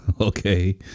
Okay